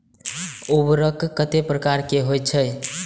उर्वरक कतेक प्रकार के होई छै?